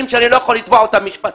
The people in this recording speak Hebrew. מה, אני אפרוץ את זה בעצמי?